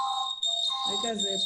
האמת שעבאס עבאס מאלמנארה,